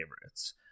favorites